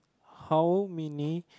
how many